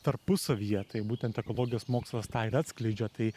tarpusavyje tai būtent ekologijos mokslas tą ir atskleidžia tai